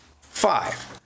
Five